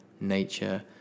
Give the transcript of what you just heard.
nature